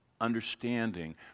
understanding